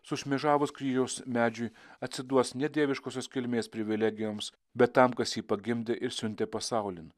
sušmėžavus kryžiaus medžiui atsiduos ne dieviškosios kilmės privilegijoms bet tam kas jį pagimdė ir siuntė pasaulin